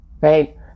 right